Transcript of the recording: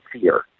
fear